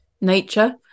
nature